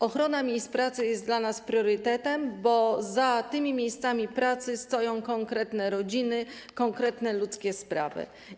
Ochrona miejsc pracy jest dla nas priorytetem, bo za tymi miejscami pracy stoją konkretne rodziny, konkretne ludzkie sprawy.